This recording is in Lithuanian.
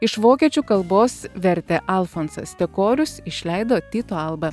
iš vokiečių kalbos vertė alfonsas tekorius išleido tyto alba